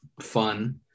fun